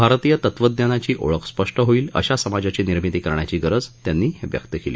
भारतीय तत्वज्ञानाची ओळख स्पष्ट होईल अशा समाजाची निर्मिती करण्याची गरज त्यांनी व्यक्त केली